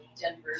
Denver